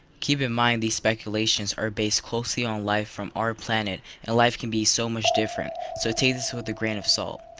keep in mind these speculations are based closely on life from our planet and life can be so much different, so take this with a grain of salt.